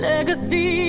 Legacy